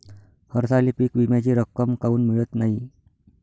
हरसाली पीक विम्याची रक्कम काऊन मियत नाई?